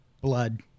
blood